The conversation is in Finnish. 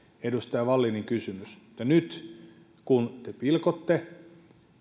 edustaja wallinin kysymys nyt kun te pilkotte